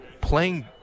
playing